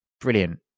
brilliant